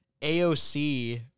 AOC